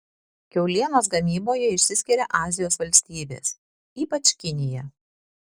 kiaulienos gamyboje išsiskiria azijos valstybės ypač kinija